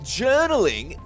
journaling